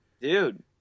Dude